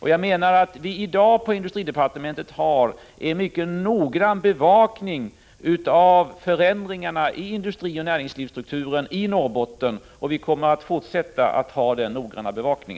Jag menar att vi i dag på industridepartementet har en mycket noggrann bevakning av förändringarna i industrioch näringslivsstrukturen i Norrbotten, och vi kommer att fortsätta med denna noggranna bevakning.